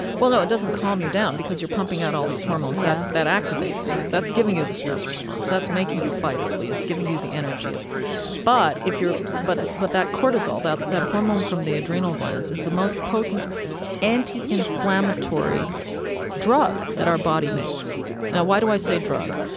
well, no it doesn't calm you down, because you're pumping out all these hormones yeah that activates you right that's giving you the stress response. that's making you fight or flee, it's giving you the energy. but if you're but but that cortisol, that that hormone from the adrenal glands, is the most potent anti-inflammatory drug that our body makes. now why do i say drug?